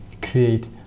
create